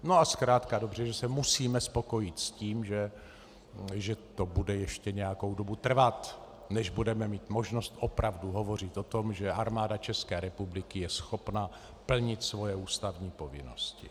A zkrátka a dobře že se musíme spokojit s tím, že to bude ještě nějakou dobu trvat, než budeme mít možnost opravdu hovořit o tom, že Armáda České republiky je schopna plnit svoje ústavní povinnosti.